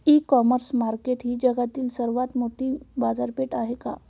इ commerce market ही जगातील सर्वात मोठी बाजारपेठ आहे का?